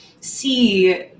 see